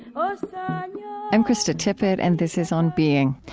um i'm krista tippett and this is on being.